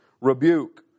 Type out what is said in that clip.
rebuke